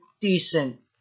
decent